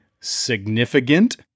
significant